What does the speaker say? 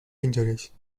injuries